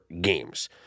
games